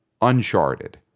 uncharted